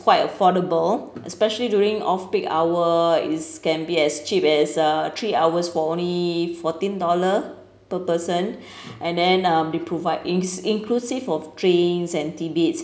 quite affordable especially during off peak hour is can be as cheap as uh three hours for only fourteen dollar per person and then um they provide inc~ inclusive of drinks and tidbits